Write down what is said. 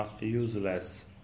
useless